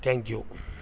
thank you